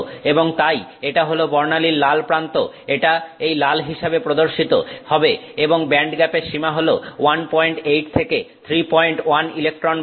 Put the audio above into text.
এবং তাই এটা হল বর্ণালীর লাল প্রান্ত এটা এই লাল হিসেবে প্রদর্শিত হবে এবং ব্যান্ডগ্যাপের সীমা হলো 18 থেকে 31 ইলেকট্রন ভোল্ট